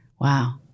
Wow